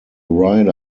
rider